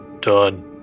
done